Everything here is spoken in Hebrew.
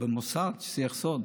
במוסד "שיח סוד"